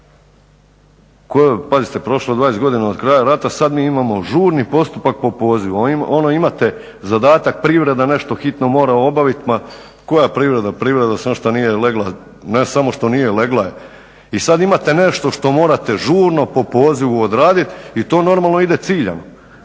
pozivu? Pazite, prošlo je 20 godina od kraja rata sada mi imamo žurni postupak po pozivu. Ono imate zadatak privreda nešto hitno mora obaviti. Ma koja privreda? Privreda samo što nije legla, ne samo što nije legla je. I sada imate nešto što morate žurno po pozivu odraditi i to normalno ide ciljano.